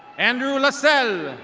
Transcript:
andrew lasell.